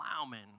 plowman